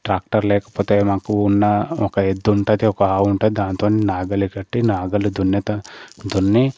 tractor లేకపోతే మాకు ఉన్న ఒక ఎద్దు ఉంటుంది ఒక ఆవు ఉంటుంది దానితోని నాగలి కట్టి నాగలి దున్నుతా దున్ని